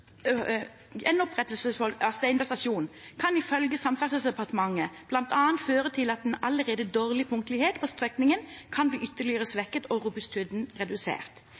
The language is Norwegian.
av Steinberg stasjon kan, ifølge Samferdselsdepartementet, bl.a. føre til at en allerede dårlig punktlighet på strekningen kan bli ytterligere svekket og robustheten redusert.